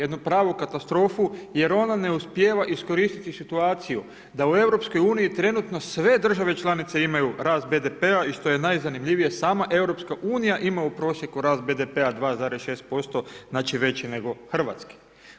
Jednu pravu katastrofu jer ona ne uspijeva iskoristiti situaciju da u EU trenutno sve države članice imaju rast BDP-a i što je najzanimljivije, sama EU ima u prosjeku rast BDP-a 2,6%, znači veći nego hrvatski.